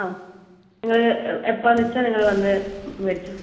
ആ നിങ്ങള് എപ്പമാണെന്ന് വച്ചാൽ നിങ്ങള് വന്ന് മേടിച്ചോ